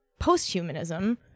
posthumanism